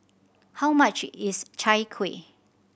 how much is Chai Kuih